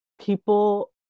people